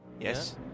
yes